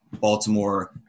Baltimore